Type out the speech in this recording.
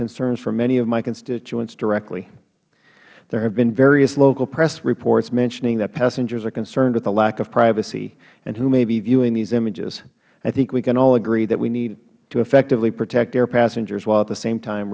concerns from many of my constituents directly there have been various local press reports mentioning that passengers are concerned with the lack of privacy and who may be viewing these images i think we can all agree that we need to effectively protect air passengers while at the same time